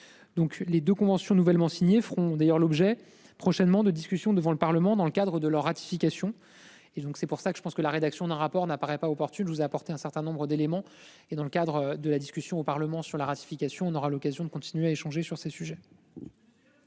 Donc les 2 conventions nouvellement signés feront d'ailleurs l'objet prochainement de discussion devant le Parlement dans le cadre de leur ratification et donc c'est pour ça que je pense que la rédaction d'un rapport n'apparaît pas opportune vous apporté un certain nombre d'éléments et dans le cadre de la discussion au Parlement sur la ratification. On aura l'occasion de continuer à échanger sur ces sujets.--